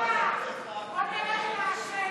חברותיי חברות הכנסת,